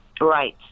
right